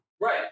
Right